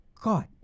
God